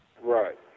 Right